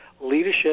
Leadership